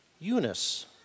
Eunice